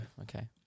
okay